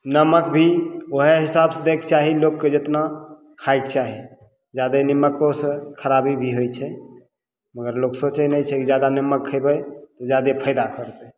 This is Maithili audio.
नमक भी वएह हिसाबसँ दएके चाही लोगके जेतना खाइके चाही जादे नीम्मकोसँ खराबी भी होइ छै मगर लोग सोचय नहि छै की जादा नीमक खयबय जादे फायदा करतय